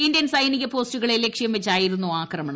Indian സൈനിക പോസ്റ്റുകളെ ലക്ഷ്യംവച്ചായിരുന്നു ആക്രമണം